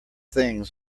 things